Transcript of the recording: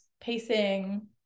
pacing